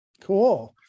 Cool